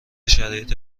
شرایط